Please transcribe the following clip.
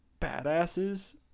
badasses